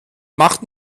macht